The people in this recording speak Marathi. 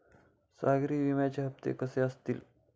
सागरी विम्याचे हप्ते कसे असतील?